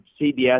CBS